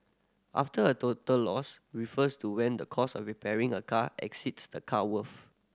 after a total loss refers to when the cost of repairing a car exceeds the car worth